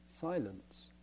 silence